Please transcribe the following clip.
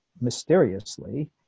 mysteriously